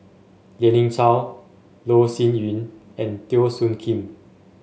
Lien Ying Chow Loh Sin Yun and Teo Soon Kim